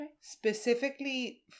Specifically